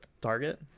target